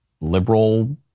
liberal